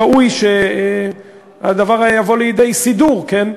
ראוי שהדבר יבוא לידי סידור, כן?